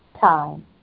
time